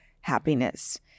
happiness